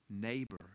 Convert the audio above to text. neighbor